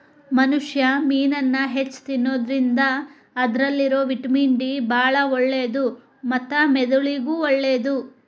ಮನುಷ್ಯಾ ಮೇನನ್ನ ಹೆಚ್ಚ್ ತಿನ್ನೋದ್ರಿಂದ ಅದ್ರಲ್ಲಿರೋ ವಿಟಮಿನ್ ಡಿ ಬಾಳ ಒಳ್ಳೇದು ಮತ್ತ ಮೆದುಳಿಗೂ ಒಳ್ಳೇದು